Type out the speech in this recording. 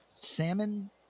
salmon